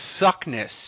suckness